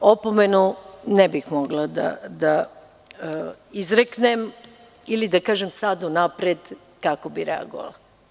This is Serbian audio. Opomenu ne bih mogla da izreknem ili da kažem sad unapred kako bih reagovala.